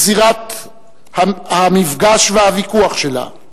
הוא זירת המפגש והוויכוח שלה,